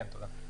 כן, תודה.